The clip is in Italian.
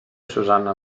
susanna